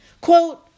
Quote